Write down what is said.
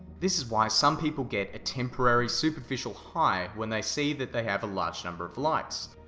this is why some people get a temporary, superficial high when they see that they have a large number of likes,